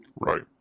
Right